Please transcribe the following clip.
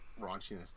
raunchiness